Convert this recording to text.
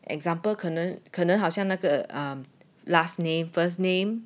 example 可能可能好像那个 last name first name